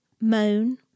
moan